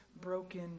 broken